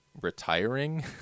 retiring